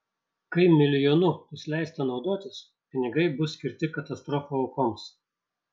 kai milijonu bus leista naudotis pinigai bus skirti katastrofų aukoms